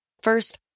First